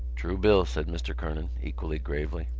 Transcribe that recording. true bill, said mr. kernan, equally gravely.